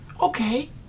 Okay